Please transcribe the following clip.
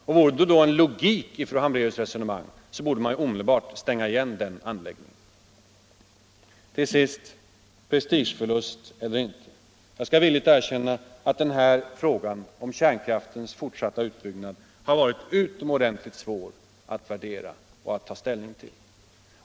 Vore det någon logik i fru Hambraeus resonemang, borde hon kräva att den anläggningen omedelbart skulle stänga igen. Slutligen prestigeförlust eller inte. Jag skall villigt erkänna att frågan om kärnkraftens fortsatta utbyggnad har varit utomordentligt svår att värdera och ta ställning till.